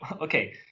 okay